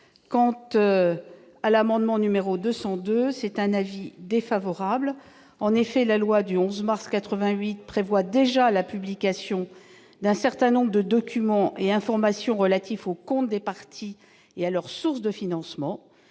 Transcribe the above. sur l'amendement n° 202 rectifié. En effet, la loi du 11 mars 1988 prévoit déjà la publication d'un certain nombre de documents et d'informations relatifs aux comptes des partis et à leurs sources de financement.